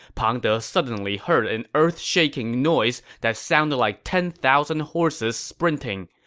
pang de suddenly heard an earth-shaking noise that sounded like ten thousand horses sprinting.